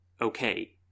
okay